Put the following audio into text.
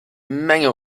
menge